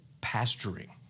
pasturing